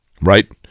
right